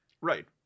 Right